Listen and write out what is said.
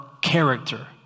character